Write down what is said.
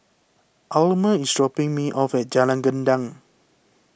Almer is dropping me off at Jalan Gendang